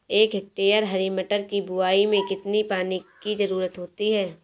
एक हेक्टेयर हरी मटर की बुवाई में कितनी पानी की ज़रुरत होती है?